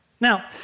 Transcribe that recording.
Now